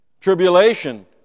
Tribulation